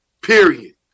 Period